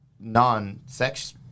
non-sex